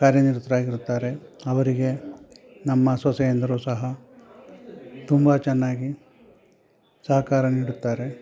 ಕಾರ್ಯ ನಿರತರಾಗಿರುತ್ತಾರೆ ಅವರಿಗೆ ನಮ್ಮ ಸೊಸೆಯಂದಿರು ಸಹ ತುಂಬ ಚೆನ್ನಾಗಿ ಸಹಕಾರ ನೀಡುತ್ತಾರೆ